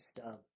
stub